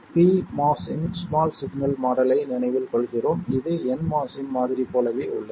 pMOS இன் small signal model ஐ நினைவில் கொள்கிறோம் இது nMOS இன் மாதிரி போலவே உள்ளது